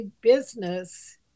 business